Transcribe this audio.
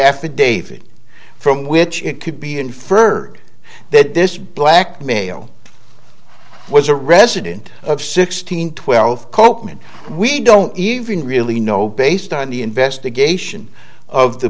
affidavit from which it could be inferred that this black male was a resident of sixteen twelve copeman we don't even really know based on the investigation of the